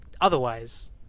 otherwise